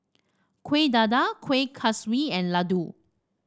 Kueh Dadar Kueh Kaswi and laddu